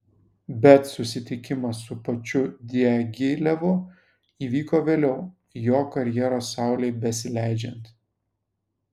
bet susitikimas su pačiu diagilevu įvyko vėliau jo karjeros saulei besileidžiant